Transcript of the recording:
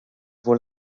wohl